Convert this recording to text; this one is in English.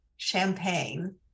champagne